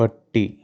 പട്ടി